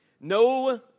no